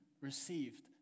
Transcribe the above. received